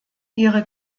ihre